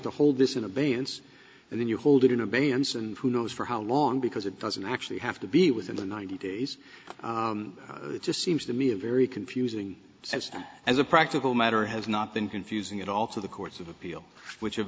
to hold this in abeyance and then you hold it in abeyance and who knows for how long because it doesn't actually have to be within the ninety days it just seems to me a very confusing system as a practical matter has not been confusing at all to the courts of appeal which have